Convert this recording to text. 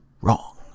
wrong